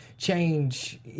Change